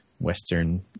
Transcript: Western